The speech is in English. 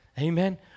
Amen